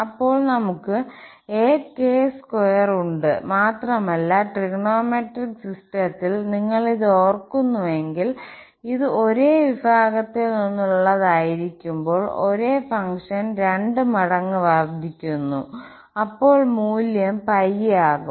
അപ്പോൾ നമുക് ak2 ഉണ്ട് മാത്രമല്ല ട്രിഗണോമെട്രിക് സിസ്റ്റത്തിൽ നിങ്ങൾ ഇത് ഓർക്കുന്നുവെങ്കിൽ ഇത് ഒരേ വിഭാഗത്തിൽ നിന്നുള്ളതായിരിക്കുമ്പോൾ ഒരേ ഫംഗ്ഷൻ രണ്ട് മടങ്ങ് വർദ്ധിക്കുന്നു അപ്പോൾ മൂല്യം ആകും